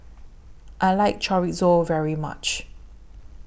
I like Chorizo very much